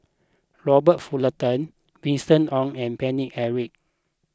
Robert Fullerton Winston Oh and Paine Eric